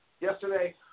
yesterday